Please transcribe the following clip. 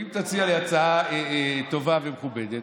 אם תציע לי הצעה טובה ומכובדת,